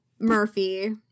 Murphy